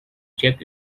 check